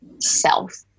self